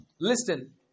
listen